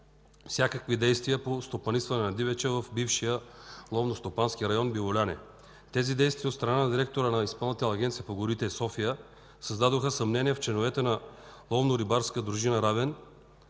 всякакви действия по стопанисване на дивеча в бившия Ловно стопански район „Биволяне”. Тези действия от страна на директора на Изпълнителна агенция по горите – София, създадоха съмнения в членовете на Ловно-рибарска дружина – Равен,